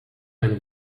eine